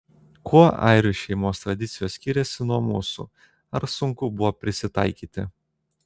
kuo airių šeimos tradicijos skiriasi nuo mūsų ar sunku buvo prisitaikyti